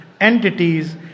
entities